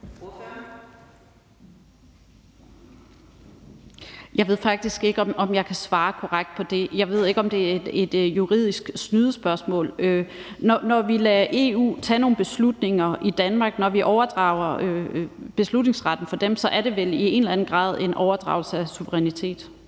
Jeg ved faktisk ikke, om jeg kan svare korrekt på det. Jeg ved ikke, om det er et juridisk snydespørgsmål. Når vi lader EU tage nogle beslutninger i Danmark, når vi overdrager beslutningsretten til dem, er det vel i en eller anden grad en overdragelse af suverænitet.